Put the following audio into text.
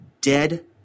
dead